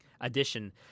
addition